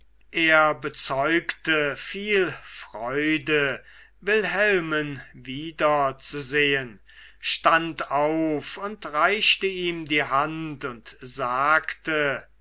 er bezeugte viel freude wilhelmen wiederzusehen stand auf und reichte ihm die hand und sagte